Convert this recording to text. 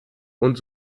und